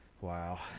Wow